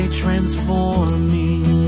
transforming